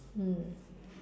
mm